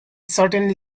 certainly